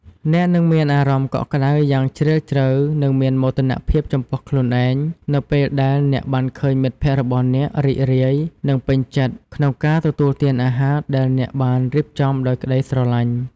អ្នកនឹងមានអារម្មណ៍កក់ក្តៅយ៉ាងជ្រាលជ្រៅនិងមានមោទនភាពចំពោះខ្លួនឯងនៅពេលដែលអ្នកបានឃើញមិត្តភក្តិរបស់អ្នករីករាយនិងពេញចិត្តក្នុងការទទួលទានអាហារដែលអ្នកបានរៀបចំដោយក្តីស្រឡាញ់។